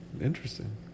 Interesting